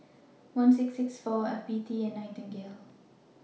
one six six four F B T and Nightingale